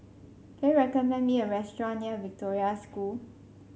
can you recommend me a restaurant near Victoria School